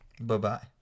Bye-bye